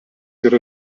yra